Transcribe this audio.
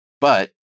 But-